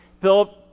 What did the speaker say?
Philip